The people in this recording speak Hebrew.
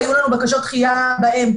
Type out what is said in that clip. היו לנו בקשות דחייה באמצע.